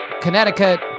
Connecticut